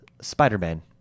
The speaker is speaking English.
Spider-Man